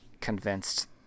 convinced